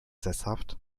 sesshaft